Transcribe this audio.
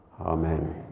amen